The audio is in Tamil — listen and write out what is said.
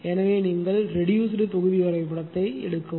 எனவே நீங்கள் ரெடியூஸ்டு தொகுதி வரைபடத்தை எடுக்கவும்